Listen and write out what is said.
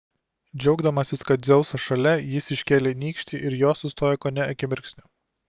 džiaugdamasis kad dzeusas šalia jis iškėlė nykštį ir jos sustojo kone akimirksniu